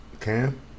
Cam